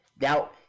Now